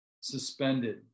suspended